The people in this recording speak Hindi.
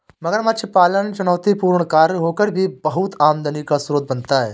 मगरमच्छ पालन चुनौतीपूर्ण कार्य होकर भी बहुत आमदनी का स्रोत बनता है